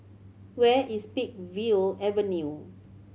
where is Peakville Avenue